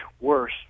worse